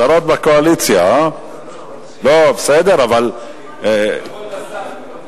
עמיתי חברי הכנסת, אני מתכבד להביא בפניכם את הצעת